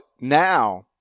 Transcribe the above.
now